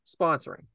sponsoring